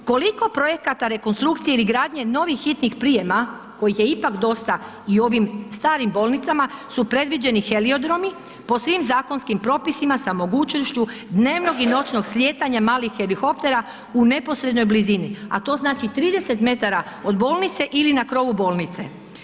U koliko projekata rekonstrukcije ili gradnje novih hitnih prijema kojih je ipak dosta i u ovim starim bolnicama su predviđeni heliodromi po svim zakonskim propisima sa mogućnošću dnevnog i noćnog slijetanja malih helikoptera u neposrednoj blizini a to znači 30 metara od bolnice ili na krovu bolnice.